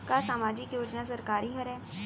का सामाजिक योजना सरकारी हरे?